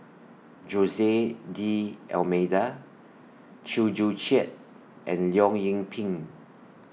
Jose D Almeida Chew Joo Chiat and Leong Yoon Pin